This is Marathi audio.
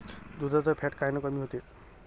दुधाचं फॅट कायनं कमी होते?